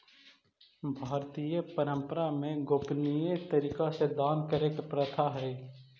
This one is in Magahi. भारतीय परंपरा में गोपनीय तरीका से दान करे के प्रथा हई